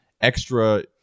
extra